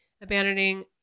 abandoning